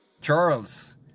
Charles